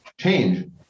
change